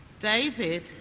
David